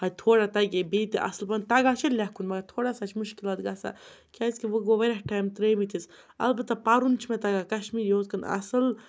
ہَے تھوڑا تَگہِ ہے بیٚیہِ تہِ اَصٕل پَہَن تَگان چھِ لیٚکھُن مگر تھوڑا سا چھِ مُشکلات گژھان کیٛازِکہِ وۄنۍ گوٚو واریاہ ٹایم ترٛٲےمٕتِس البتہ پَرُن چھِ مےٚ تگان کشمیٖری ہُتھ کٔنۍ اَصٕل